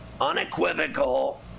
unequivocal